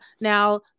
now